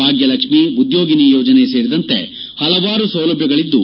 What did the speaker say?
ಭಾಗ್ಕಲಕ್ಷ್ಮಿ ಉದ್ಯೋಗಿನಿ ಯೋಜನೆ ಸೇರಿದಂತೆ ಪಲವಾರು ಸೌಲಭ್ಯಗಳಿದ್ದು